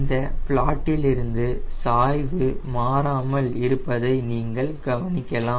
இந்த பிளாட்டில் இருந்து சாய்வு மாறாமல் இருப்பதை நீங்கள் கவனிக்கலாம்